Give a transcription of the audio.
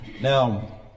Now